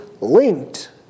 linked